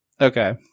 Okay